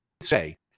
say